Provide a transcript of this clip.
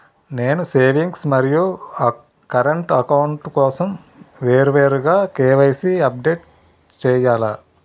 నేను సేవింగ్స్ మరియు current account కోసం వేరువేరుగా కే.వై.సీ అప్డేట్ చేయాలా?